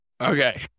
Okay